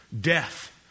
death